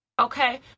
Okay